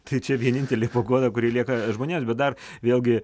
tai čia vienintelė paguoda kuri lieka žmonėms bet dar vėlgi